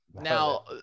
Now